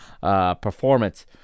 performance